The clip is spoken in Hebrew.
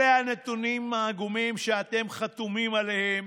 אלה הנתונים העגומים שאתם חתומים עליהם